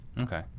Okay